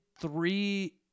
three